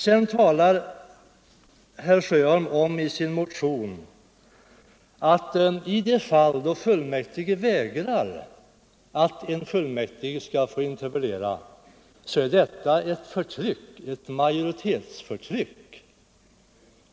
Herr Sjöholm talar i sin motion om att det är fråga om majoritetsförtryck om en fullmäktigeledamot förvägras att interpellera.